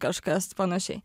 kažkas panašiai